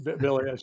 Billy